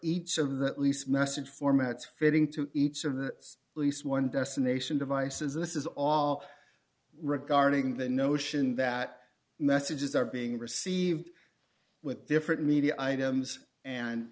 each of the at least message formats fitting to each of the least one destination devices this is all regarding the notion that messages are being received with different media items and